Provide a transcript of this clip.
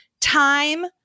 time